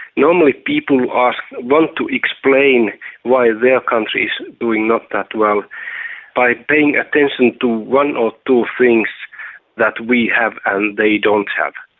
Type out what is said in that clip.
normally people ask one to explain why their country's doing not that well by paying attention to one or two things that we have and they don't have.